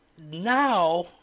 now